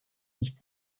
nicht